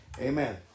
Amen